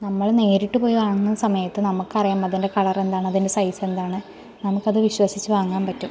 നമ്മൾ നേരിട്ട് പോയി വാങ്ങുന്ന സമയത്ത് നമ്മൾക്കറിയാൻ പറ്റും അതിൻ്റെ കളറെന്താണ് അതിൻ്റെ സൈസ് എന്താണ് നമുക്കത് വിശ്വസിച്ച് വാങ്ങാൻ പറ്റും